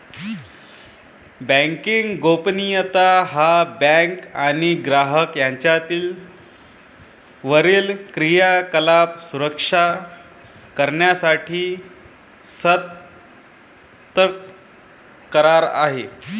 banking गोपनीयता हा bank आणि ग्राहक यांच्यातील वरील क्रियाकलाप सुरक्षित करण्यासाठी सशर्त करार आहे